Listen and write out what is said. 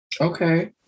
Okay